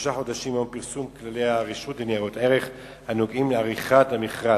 שישה חודשים מיום פרסום כללי הרשות לניירות ערך הנוגעים לעריכת המכרז,